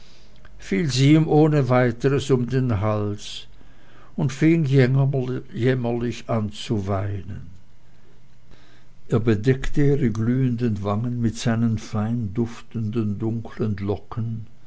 fiel sie ihm ohne weiteres um den hals und fing jämmerlich an zu weinen er bedeckte ihre glühenden wangen mit seinen fein duftenden dunklen locken